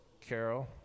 Carol